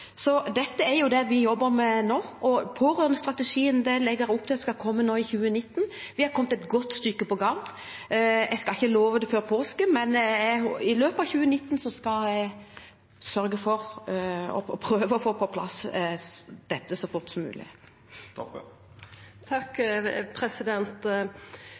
er det vi jobber med nå, og pårørendestrategien legger vi opp til skal komme i 2019. Vi har kommet et godt stykke på vei. Jeg skal ikke love den før påske, men i løpet av 2019 skal jeg prøve å få dette på plass, altså så fort som mulig.